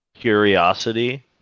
curiosity